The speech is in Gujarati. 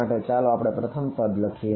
માટે ચાલો પ્રથમ પદ લખીએ